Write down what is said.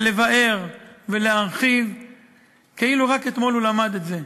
ולבאר ולהרחיב כאילו רק אתמול הוא למד את זה,